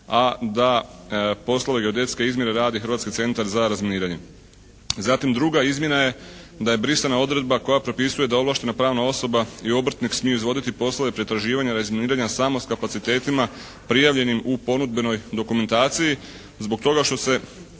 a da poslove geodetske izmjere radi Hrvatski centar za razminiranje. Zatim druga izmjena je da je brisana odredba koja propisuje da ovlaštena pravna osoba i obrtnik smije izvoditi poslove pretraživanja i razminiranja samo s kapacitetima prijavljenim u ponudbenoj dokumentaciji zbog toga što se